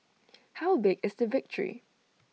how big is the victory